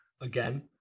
Again